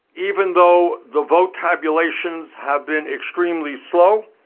even though the vote tabulations have been extremely slow.